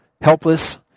helpless